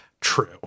True